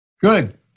Good